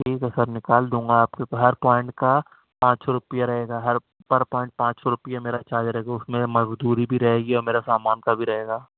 ٹھیک ہے سر نکال دوں گا آپ کے ہر پوائنٹ کا پانچ سو روپیہ رہے گا ہر پر پوائنٹ پانچ سو روپیہ میرا چارج رہے گا اس میں مزدوری بھی رہے گی اور میرا سامان کا بھی رہے گا